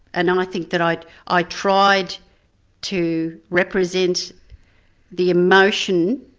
and um i think that i i tried to represent the emotion